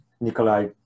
Nikolai